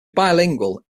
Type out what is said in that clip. bilingual